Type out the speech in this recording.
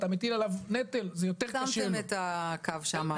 אתה מטיל עליו נטל אז זה יותר קשה לו." עיקמתם את הקו שם ב-25.